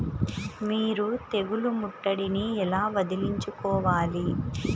మీరు తెగులు ముట్టడిని ఎలా వదిలించుకోవాలి?